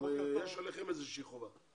גם עליכם יש איזה שהיא חובה.